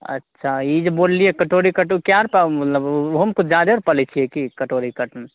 अच्छा ई जे बोललियै कटोरी कट ओ कए रूपा मतलब ओहोमे किछु जादे रूपा लै छियै की कटोरी कटमे